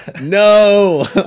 no